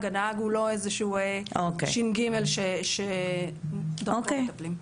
הנהג הוא לא איזשהו ש"ג שרק בו מטפלים.